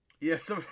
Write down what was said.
Yes